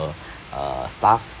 uh staff